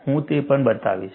હું તે પણ બતાવીશ